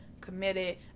committed